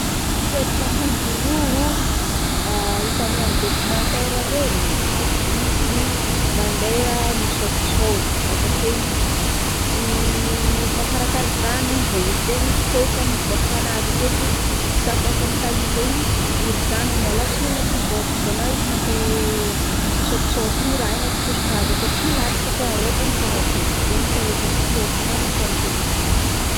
Troetry na kangourou hitanay amina documentaire regny, izy mandeha misôtisôty avakeo izy i makaraka i zanany zegny, zaigny misy pôsy am votrakanazy aketo ziska fôtra amin tahiza igny iry zanany alatsany agnatiny votraka akô na izy mandeha misôtisôty igny raha igny tsy latsala fa arôvany tsara be.zegny fahaizako toetry na kangourou